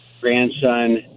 grandson